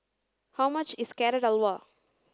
how much is Carrot Halwa